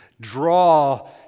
draw